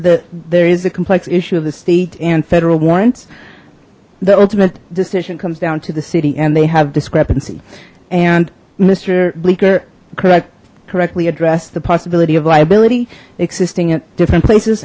that there is a complex issue of the state and federal warrants the ultimate decision comes down to the city and they have discrepancy and mister bleaker correct correctly addressed the possibility of liability existing at different places